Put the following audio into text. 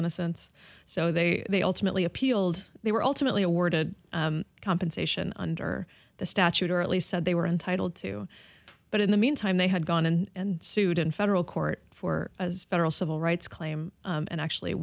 innocence so they they all timidly appealed they were ultimately awarded compensation under the statute or at least said they were entitled to but in the meantime they had gone and sued in federal court for federal civil rights claim and actually